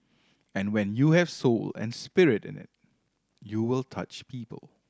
and when you have soul and spirit in it you will touch people